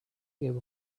give